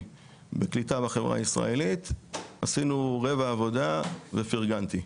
לקליטה בחברה הישראלית עשינו רבע עבודה ופרגנתי.